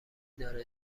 داره